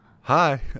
Hi